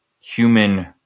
human